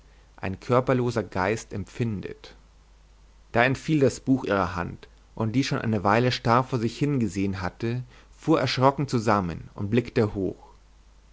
ein körperloser geist empfindet da entfiel das buch ihrer hand und die schon eine weile starr vor sich hin gesehn hatte fuhr erschrocken zusammen und blickte hoch